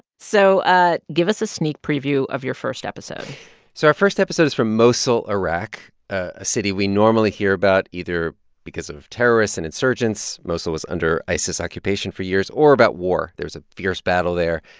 so ah give us a sneak preview of your first episode so our first episode is from mosul, iraq a city we normally hear about either because of terrorists and insurgents mosul was under isis occupation for years or about war there's a fierce battle there.